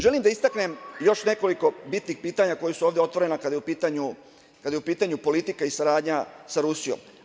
Želim da istaknem još nekoliko bitnih pitanja koja su ovde otvorena kada je u pitanju politika i saradnje sa Rusijom.